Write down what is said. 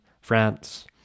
France